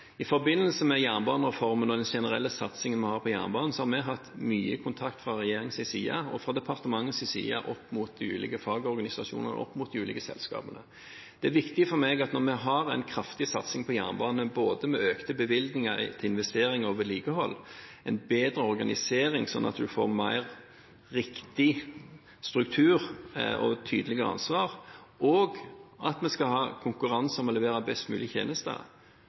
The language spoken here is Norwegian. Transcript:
jernbanereformen og den generelle satsingen vi har på jernbane, har vi fra regjeringens side og fra departementets side hatt mye kontakt med de ulike fagorganisasjonene og med de ulike selskapene. Når vi har en kraftig satsing på jernbane med økte bevilgninger til investeringer og vedlikehold, en bedre organisering slik at en får en mer riktig struktur og et tydeligere ansvar, og vi skal ha konkurranse om å levere best mulige tjenester,